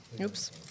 Oops